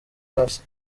hasi